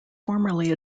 formerly